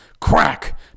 Crack